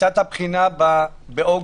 הייתה הבחינה באוגוסט,